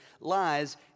lies